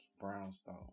Brownstone